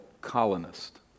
colonist